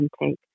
intake